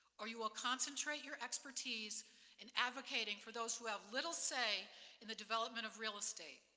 or you will concentrate your expertise in advocating for those who have little say in the development of real estate.